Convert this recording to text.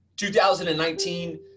2019